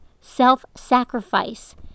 self-sacrifice